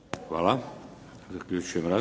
Hvala.